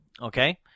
Okay